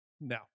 No